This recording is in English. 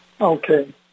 Okay